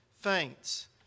faints